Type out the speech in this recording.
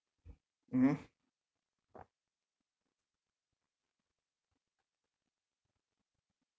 mmhmm